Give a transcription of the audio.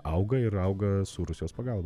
auga ir auga su rusijos pagalba